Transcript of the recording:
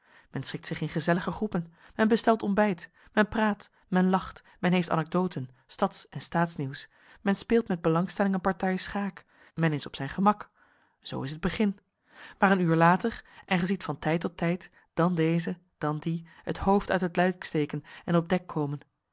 men schikt zich in gezellige groepen men bestelt ontbijt men praat men lacht men heeft anecdoten stads en staatsnieuws men speelt met belangstelling een partij schaak men is op zijn gemak zoo is het begin maar een uur later en gij ziet van tijd tot tijd dan dezen dan dien het hoofd uit het luik steken en op dek komen